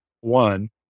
one